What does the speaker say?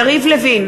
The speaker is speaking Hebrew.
נגד יריב לוין,